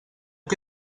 que